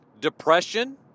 depression